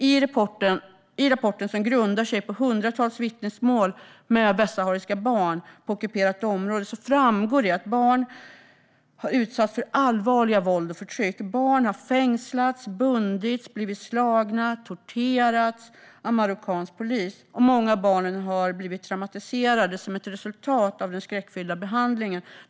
I rapporten, som grundar sig på hundratals vittnesmål med västsahariska barn på ockuperat område, framgår att barn har utsatts för allvarligt våld och förtryck. Barn har fängslats, bundits, blivit slagna och torterats av marockansk polis. Många av barnen har blivit traumatiserade som ett resultat av den skräckfyllda behandlingen.